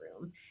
room